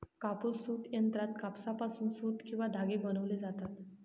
कापूस सूत यंत्रात कापसापासून सूत किंवा धागे बनविले जातात